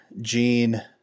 Gene